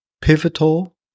Pivotal